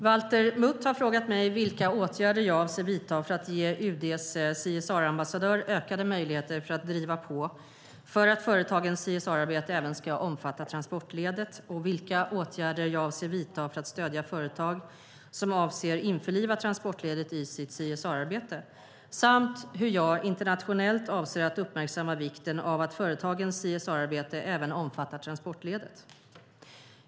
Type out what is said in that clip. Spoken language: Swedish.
Valter Mutt har frågat mig vilka åtgärder jag avser att vidta för att ge UD:s CSR-ambassadör ökade möjligheter att driva på för att företagens CSR-arbete även ska omfatta transportledet, vilka åtgärder jag avser att vidta för att stödja företag som avser införliva transportledet i sitt CSR-arbete samt hur jag internationellt avser att uppmärksamma vikten av att företagens CSR-arbete även omfattar transportledet.